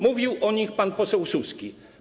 Mówił o nich pan poseł Suski.